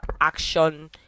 action